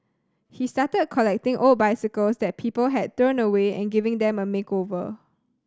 he started collecting old bicycles that people had thrown away and giving them a makeover